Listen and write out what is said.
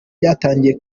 ryatangiye